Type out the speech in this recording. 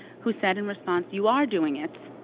who said in response, you are doing it.